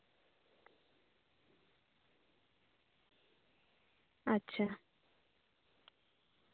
ᱟᱪᱪᱷᱟ